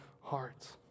hearts